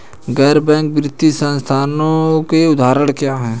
गैर बैंक वित्तीय संस्थानों के उदाहरण क्या हैं?